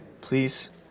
please